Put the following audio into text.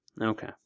Okay